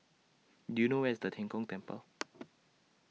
Do YOU know Where IS Tian Kong Temple